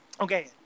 okay